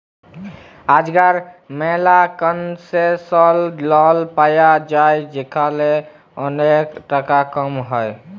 আজকাল ম্যালা concessional loan পায়া যায় যেখালে ওলেক টাকা কম হ্যয়